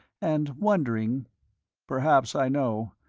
and wondering perhaps i know.